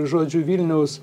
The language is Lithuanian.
žodžiu vilniaus